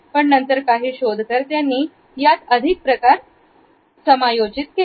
पण नंतर काही शोध कर्त्यांनी यात अधिक प्रकार समायोजित केले